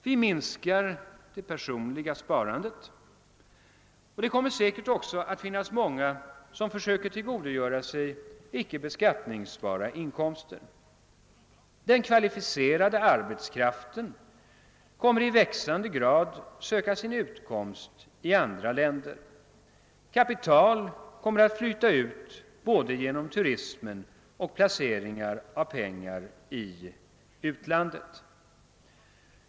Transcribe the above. Vi minskar det personliga sparandet. Det kommer säkert också att finnas många som försöker tillgodogöra sig icke beskattningsbara inkomster. Den kvalificerade arbetskraften kommer i växande grad att söka sin utkomst i andra länder. Kapital kommer att flyta ut både genom turismen och placeringar av pengar i utlandet.